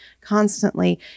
constantly